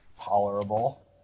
tolerable